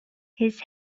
his